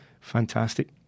Fantastic